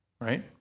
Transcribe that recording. Right